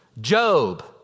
Job